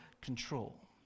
control